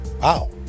wow